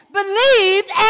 believed